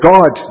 God